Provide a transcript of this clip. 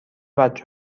بچه